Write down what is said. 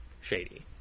shady